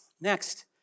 Next